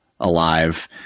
alive